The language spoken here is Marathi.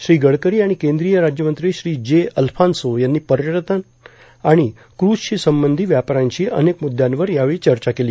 श्री गडकरी आणि केंद्रीय राज्यमंत्री श्री जे अल्फान्सो यांनी पर्यटन आणि क्रजशी संबंधित व्यापाऱ्यांशी अनेक म्रद्यांवर यावेळी चर्चा केली